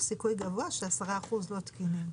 סיכוי גבוה ש-10% לא תקינים.